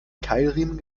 keilriemen